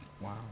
Wow